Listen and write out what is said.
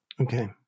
Okay